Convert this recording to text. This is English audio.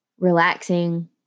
relaxing